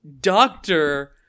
doctor